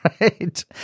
right